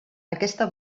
aquesta